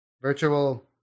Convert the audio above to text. Virtual